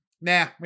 Nah